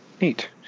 Neat